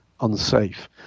unsafe